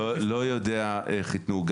לא יודע איך יתנו.